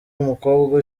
umukobwa